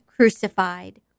crucified